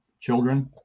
children